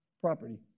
property